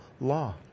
law